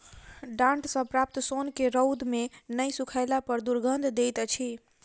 डांट सॅ प्राप्त सोन के रौद मे नै सुखयला पर दुरगंध दैत अछि